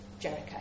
Jericho